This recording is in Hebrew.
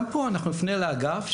גם פה אנחנו נפנה לאגף,